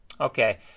Okay